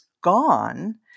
gone